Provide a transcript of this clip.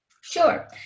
Sure